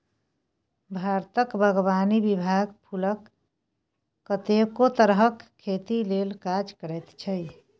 भारतक बागवानी विभाग फुलक कतेको तरहक खेती लेल काज करैत छै